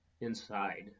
inside